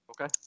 Okay